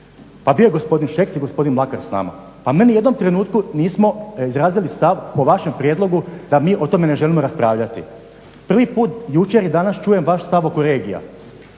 pa bio je gospodin Šeks i gospodin Mlakar s nama. Mi u ni jednom trenutku nismo izrazili stav o vašem prijedlogu da mi o tome ne želimo raspravljati. Prvi put jučer i danas čujem vaš stav oko regija,